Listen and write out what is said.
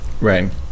Right